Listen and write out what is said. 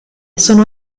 sono